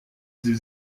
sie